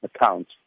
account